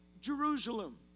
Jerusalem